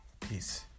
peace